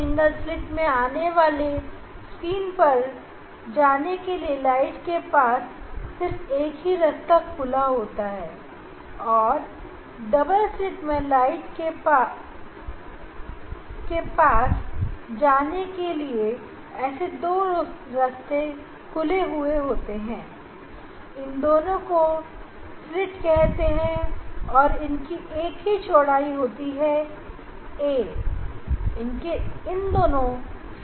single set में आपने देखा स्क्रीन पर जाने के लिए लाइट के पास सिर्फ एक ही रास्ता खुला होता है और डबल स्लिट में लाइट के पास ऐसे दो रास्ते खुले होते हैं इन दोनों स्लिट की एक ही चौड़ाई होती है a इनके बीच की दूरी b है